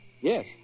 Yes